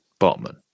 Botman